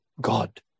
God